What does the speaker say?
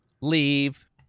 leave